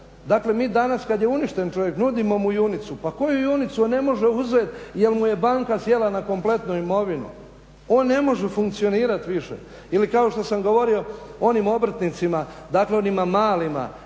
Dakle, mi danas kad je uništen čovjek nudimo mu junicu. Pa koju junicu? Ne može uzeti, jer mu je banka sjela na kompletnu imovinu. On ne može funkcionirati više. Ili kao što sam govorio o onim obrtnicima, dakle onima malima.